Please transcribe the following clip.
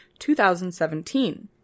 2017